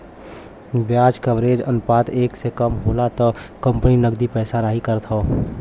ब्याज कवरेज अनुपात एक से कम होला त कंपनी नकदी पैदा नाहीं करत हौ